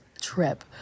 trip